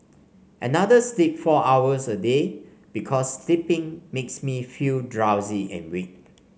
another sleeps four hours a day because sleeping makes me feel drowsy and weak